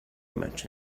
much